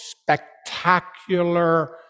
spectacular